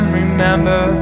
remember